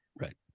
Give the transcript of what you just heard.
Right